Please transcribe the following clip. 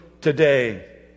today